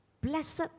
Blessed